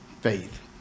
faith